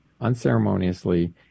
unceremoniously